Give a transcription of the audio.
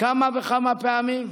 כמה וכמה פעמים,